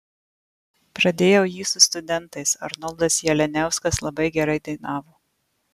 pradėjau jį su studentais arnoldas jalianiauskas labai gerai dainavo